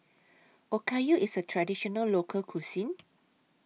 Okayu IS A Traditional Local Cuisine